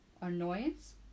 Annoyance